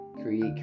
create